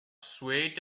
swayed